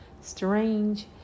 strange